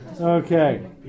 Okay